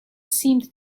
seemed